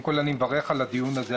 קודם כל, אני מברך על הדיון הזה.